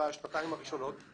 בשנתיים הראשונות,